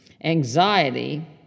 anxiety